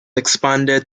expanded